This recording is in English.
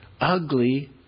ugly